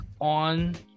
on